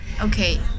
Okay